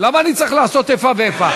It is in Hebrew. למה אני צריך לעשות איפה ואיפה?